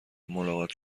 ملاقات